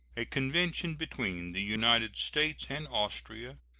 a convention between the united states and austria,